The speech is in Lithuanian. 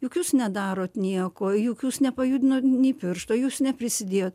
juk jūs nedarot nieko juk jūs nepajudinot nei piršto jūs neprisidėjo